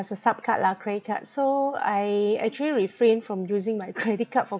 as a supp card lah credit card so I actually refrain from using my credit card for